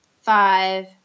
five